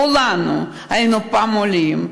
כולנו היינו פעם עולים,